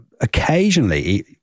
occasionally